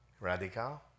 Radical